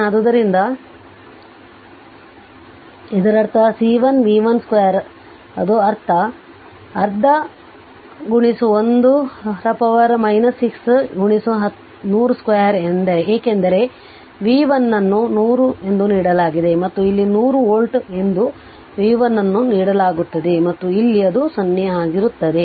ಆದ್ದರಿಂದ ಇದು ಅರ್ಧ C1 v1 2 ಅದು ಅರ್ಧ 1ರ ಪವರ್ 6 100 2 ಏಕೆಂದರೆ v1 ಅನ್ನು 100 ನೀಡಲಾಗಿದೆ ಮತ್ತು ಇಲ್ಲಿ 100 ವೋಲ್ಟ್ ಎಂದು v1 ಅನ್ನು ನೀಡಲಾಗುತ್ತದೆ ಮತ್ತು ಇಲ್ಲಿ ಅದು 0 ಆಗಿರುತ್ತದೆ